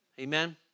Amen